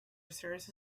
reserves